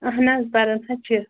اَہَن حظ فرق حظ چھِ